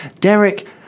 Derek